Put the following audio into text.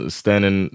standing